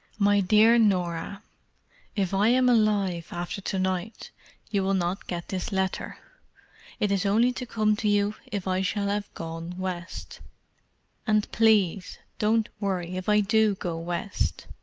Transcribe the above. my dear norah if i am alive after to-night you will not get this letter it is only to come to you if i shall have gone west and please don't worry if i do go west.